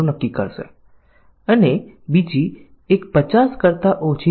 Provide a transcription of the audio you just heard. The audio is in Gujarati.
તેથી આપણે તે બાબતોને યોગ્ય રીતે તપાસવા માટે ફોલ્ટ આધારિત પરીક્ષણ તકનીકોનો ઉપયોગ કરીશું